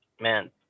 Man